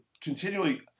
continually